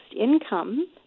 income